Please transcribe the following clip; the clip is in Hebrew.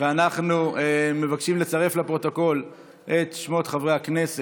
ההצעה להעביר את הנושא